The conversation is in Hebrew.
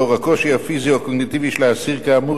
לאור הקושי הפיזי או הקוגניטיבי של האסיר כאמור,